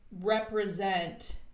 represent